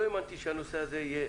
לא האמתי שהנושא הזה יהיה